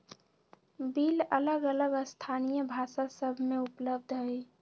bill अलग अलग स्थानीय भाषा सभ में उपलब्ध हइ